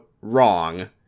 wrong